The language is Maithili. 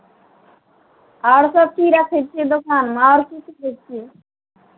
आओरसभ की रखै छियै दोकानमे आओर की बेचै छियै